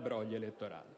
brogli elettorali;